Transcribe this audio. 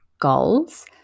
goals